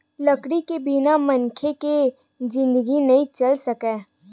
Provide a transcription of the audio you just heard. लकड़ी के बिना मनखे के जिनगी नइ चल सकय